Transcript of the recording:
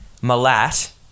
Malat